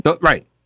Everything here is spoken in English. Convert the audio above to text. Right